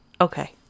Okay